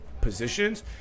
positions –